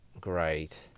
great